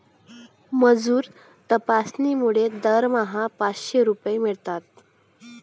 मजूर तपासणीमुळे दरमहा पाचशे रुपये मिळतात